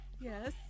Yes